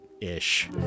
Ish